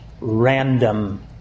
random